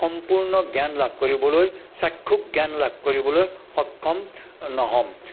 সম্পূৰ্ণ জ্ঞান লাভ কৰিবলৈ চাক্ষুস জ্ঞান লাভ কৰিবলৈ সক্ষম নহ'ম